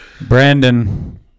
Brandon